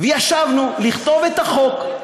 ישבנו לכתוב את החוק.